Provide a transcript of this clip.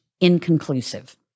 inconclusive